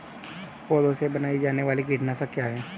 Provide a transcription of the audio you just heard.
पौधों से बनाई जाने वाली कीटनाशक क्या है?